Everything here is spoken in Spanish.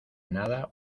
nada